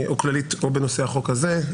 או כללית או בנושא החוק הזה,